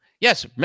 Yes